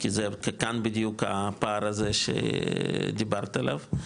כי כאן בדיוק הפער הזה שדיברת עליו.